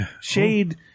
Shade